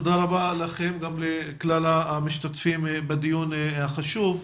תודה רבה לכלל המשתתפים בדיון החשוב הזה.